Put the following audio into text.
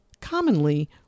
Commonly